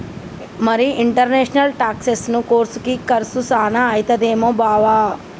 మరి ఇంటర్నేషనల్ టాక్సెసను కోర్సుకి కర్సు సాన అయితదేమో బావా